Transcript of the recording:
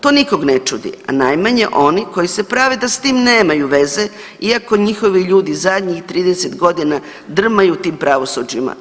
To nikog ne čudi, a najmanje oni koji se prave da s tim nemaju veze iako njihovi ljudi zadnjih 30 godina drmaju tim pravosuđima.